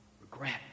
Regret